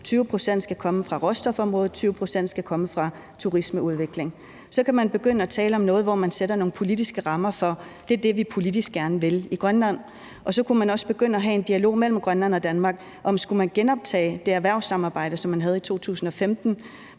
20 pct. skal komme fra råstofområdet, og at 20 pct. skal komme fra turismeudvikling, så kunne man begynde at tale om noget, hvor man sætter nogle politiske rammer for, at det er det, vi politisk gerne vil i Grønland. Så kunne man også begynde at have en dialog mellem Grønland og Danmark om, om man skulle genoptage det erhvervssamarbejde, som man havde i 2015,